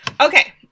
Okay